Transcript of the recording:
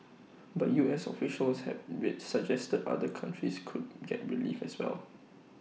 but U S officials have be suggested other countries could get relief as well